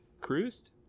cruised